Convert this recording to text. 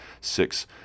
Six